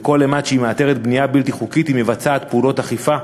וכל אימת שהיא מאתרת בנייה בלתי חוקית היא מבצעת פעולות אכיפה,